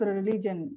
religion